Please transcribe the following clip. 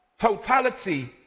totality